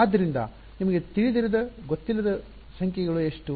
ಆದ್ದರಿಂದ ನಿಮಗೆ ತಿಳಿದಿರದಗೊತ್ತಿಲ್ಲದ ಸಂಖ್ಯೆ ಗಳು ಎಷ್ಟು